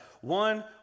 one